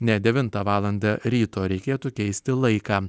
ne devintą valandą ryto reikėtų keisti laiką